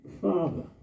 father